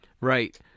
Right